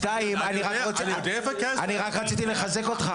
שתיים אני רק רציתי לחזק אותך.